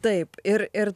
taip ir ir